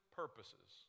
purposes